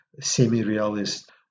semi-realist